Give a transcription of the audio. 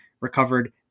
recovered